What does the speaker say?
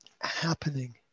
happening